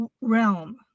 realm